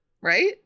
right